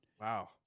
Wow